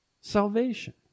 salvation